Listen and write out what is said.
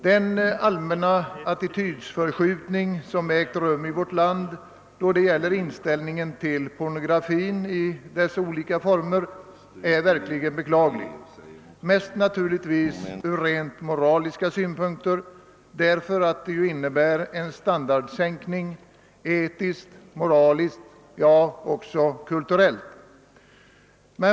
Den allmänna attitydförskjutning som har ägt rum i vårt land då det gäller inställningen till pornografin i dess olika former är verkligen beklaglig — mest naturligtvis från rent moraliska synpunkter, därför att den innebär en standardsänkning etiskt, moraliskt och kulturellt.